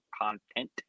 content